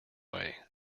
way